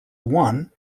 one